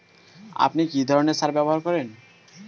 আপনি কী ধরনের সার ব্যবহার করেন?